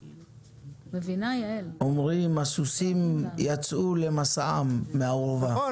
אומרים שהסוסים יצאו למסעם מהאורווה --- נכון,